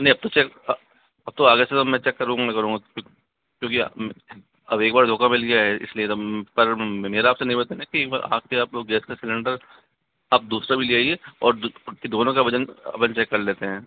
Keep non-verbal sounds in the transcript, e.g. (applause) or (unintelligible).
(unintelligible) अब तो चेक अब तो आगे से मैं चेक करूंगा क्योंकि अब एक बार धोखा मिल गया है पर मेरा आपसे निवेदन है की एक बार आकर गैस का सिलेंडर आप दूसरा भी ले आइए और दोनों का वजन अपन चेक कर लेते है